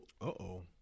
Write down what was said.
uh-oh